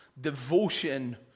devotion